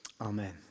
Amen